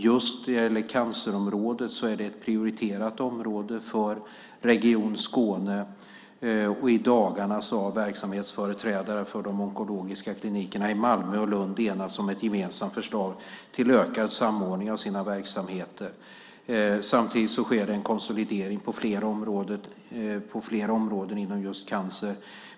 Just cancerområdet är ett prioriterat område för Region Skåne. I dagarna har verksamhetsföreträdare för de onkologiska klinikerna i Malmö och Lund enats om ett gemensamt förslag till ökad samordning av sina verksamheter. Samtidigt sker det en konsolidering på flera områden när det gäller just cancer.